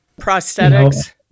prosthetics